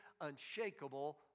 unshakable